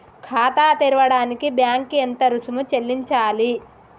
ఖాతా తెరవడానికి బ్యాంక్ కి ఎంత రుసుము చెల్లించాలి?